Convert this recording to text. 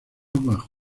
bajo